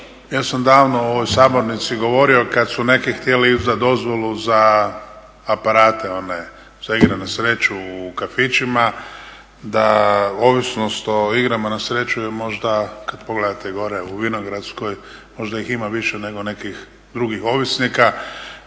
Ja sam davno u ovoj sabornici govorio kada su neki htjeli izdati dozvolu za aparate za igre na sreću u kafićima da ovisnost o igrama na sreću je možda kada pogledate gore u Vinogradskoj možda ih ima više nego nekih drugih ovisnika